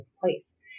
place